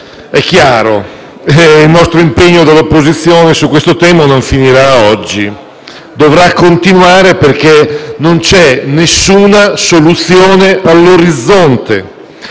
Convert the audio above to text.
è chiaro. Il nostro impegno come opposizione su questo tema non finirà oggi, ma dovrà continuare, perché non c'è nessuna soluzione all'orizzonte.